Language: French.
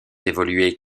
évoluer